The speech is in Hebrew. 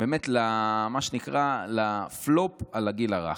על מה שנקרא הפלופ על הגיל הרך.